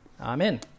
Amen